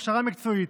הכשרה מקצועית,